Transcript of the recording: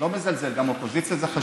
אני לא מזלזל, גם אופוזיציה זה חשוב.